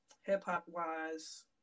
Hip-hop-wise